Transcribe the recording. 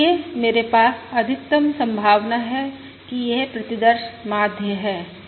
इसलिए मेरे पास अधिकतम संभावना है कि यह प्रतिदर्श माध्य है